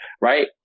Right